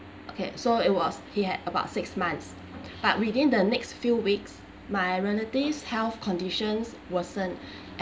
okay so it was he had about six months but within the next few weeks my relative's health condition worsen